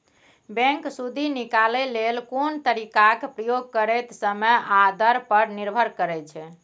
bank सुदि निकालय लेल कोन तरीकाक प्रयोग करतै समय आ दर पर निर्भर करै छै